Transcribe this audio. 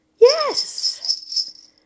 yes